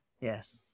yes